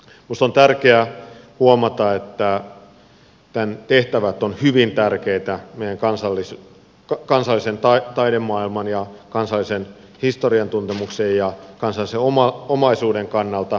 minusta on tärkeää huomata että tämän tehtävät ovat hyvin tärkeitä meidän kansallisen taidemaailman ja kansallisen historian tuntemuksen ja kansallisen omaisuuden kannalta